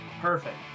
Perfect